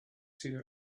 seen